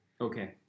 Okay